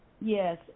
Yes